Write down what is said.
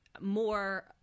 more